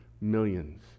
Millions